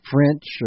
French